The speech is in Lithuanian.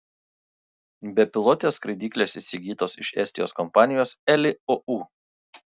bepilotės skraidyklės įsigytos iš estijos kompanijos eli ou